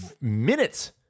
minutes